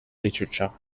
literature